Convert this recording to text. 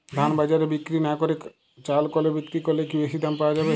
ধান বাজারে বিক্রি না করে চাল কলে বিক্রি করলে কি বেশী দাম পাওয়া যাবে?